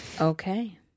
Okay